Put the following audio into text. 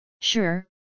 Sure